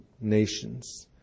nations